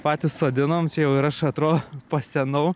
patys sodinom čia jau ir aš atrodo pasenau